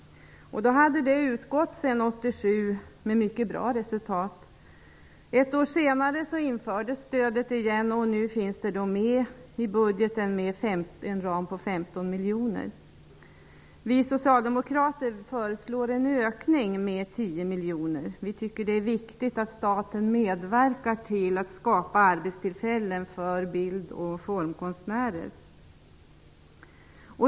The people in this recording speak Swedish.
Stödet hade utgått sedan 1987 med mycket bra resultat. Ett år senare infördes stödet igen, och nu finns det med i budgeten med en ram på 15 Vi socialdemokrater föreslår en ökning med 10 miljoner. Vi tycker att det är viktigt att staten medverkar till att skapa arbetstillfällen för bild och formkonstnärer.